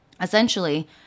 essentially –